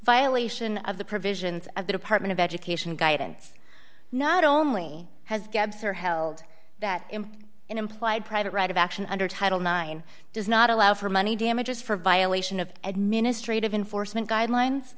violation of the provisions of the department of education guidance not only has gaps are held that him implied private right of action under title nine does not allow for money damages for violation of administrative enforcement guidelines